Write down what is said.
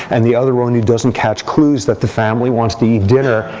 and the other one who doesn't catch clues that the family wants to eat dinner.